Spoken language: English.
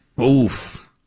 Oof